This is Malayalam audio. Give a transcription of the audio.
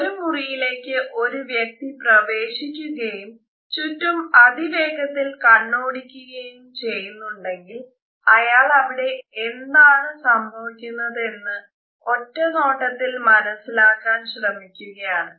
ഒരു മുറിയിലേക്കു ഒരു വ്യക്തി പ്രവേശിക്കുകയും ചുറ്റും അതിവേഗത്തിൽ കണ്ണോടിക്കുകയും ചെയ്യുന്നുണ്ടെങ്കിൽ അയാൾ അവിടെ എന്താണ് സംഭവിക്കുന്നതെന്ന് ഒറ്റ നോട്ടത്തിൽ മനസിലാക്കാൻ ശ്രമിക്കുകയാണ്